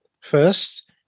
first